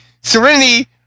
Serenity